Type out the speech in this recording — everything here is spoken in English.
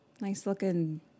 Nice-looking